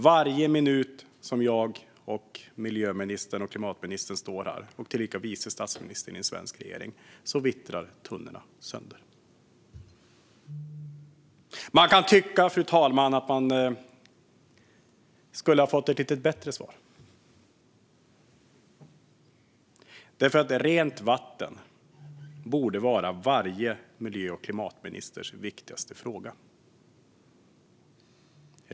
Varje minut som jag och miljö och klimatministern, tillika vice statsministern i den svenska regeringen, står här vittrar tunnorna sönder. Man kan tycka, fru talman, att man skulle ha fått ett lite bättre svar. Rent vatten borde nämligen vara varje miljö och klimatministers viktigaste fråga.